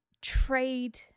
trade